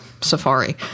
Safari